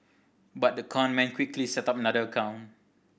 but the con man quickly set up another account